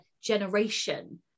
generation